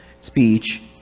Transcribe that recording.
speech